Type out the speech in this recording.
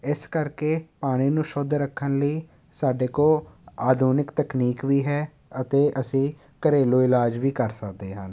ਇਸ ਕਰਕੇ ਪਾਣੀ ਨੂੰ ਸ਼ੁੱਧ ਰੱਖਣ ਲਈ ਸਾਡੇ ਕੋਲ ਆਧੁਨਿਕ ਤਕਨੀਕ ਵੀ ਹੈ ਅਤੇ ਅਸੀਂ ਘਰੇਲੂ ਇਲਾਜ ਵੀ ਕਰ ਸਕਦੇ ਹਾਂ